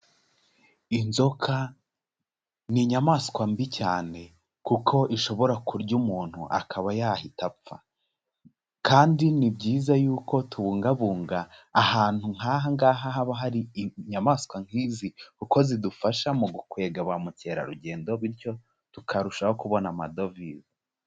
Inzoka ni inyamaswa mbi cyane kuko ishobora kurya umuntu akaba yahita apfa, kandi ni byiza yuko tubungabunga ahantu nk'aha ngaha haba hari inyamaswa nk'izi kuko zidufasha mu gukwega ba mukerarugendo, bityo tukarushaho kubona amadevize.